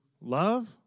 love